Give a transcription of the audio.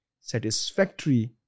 satisfactory